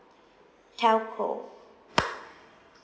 telco